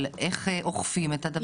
אבל איך אוכפים את הדבר הזה?